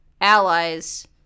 allies